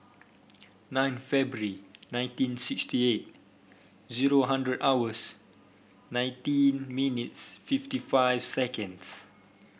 nine February nineteen sixty eight zero hundred hours nineteen minutes fifty five seconds